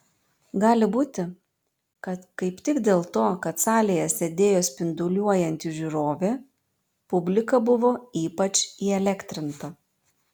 gali būti kaip tik dėl to kad salėje sėdėjo spinduliuojanti žiūrovė publika buvo ypač įelektrinta